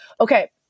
Okay